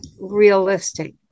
realistic